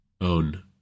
own